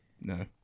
No